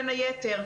בין היתר,